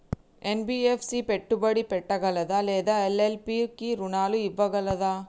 NBFC పెట్టుబడి పెట్టగలదా లేదా ఎల్.ఎల్.పి కి రుణాలు ఇవ్వగలదా?